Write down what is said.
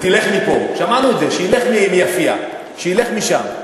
ותלך מפה, שמענו את זה, שילך מיפיע, שילך משם.